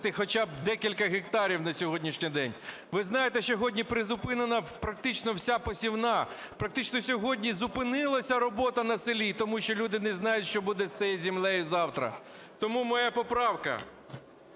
хоча б декілька гектарів на сьогоднішній день. Ви знаєте, сьогодні призупинена практично вся посівна, практично сьогодні зупинилася робота на селі, тому що люди не знають, що буде з цією землею завтра. Тому моя поправка